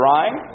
Ryan